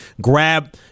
grab